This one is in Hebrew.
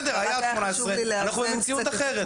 בסדר, היה עד 18. אנחנו היום במציאות אחרת.